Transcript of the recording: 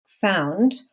found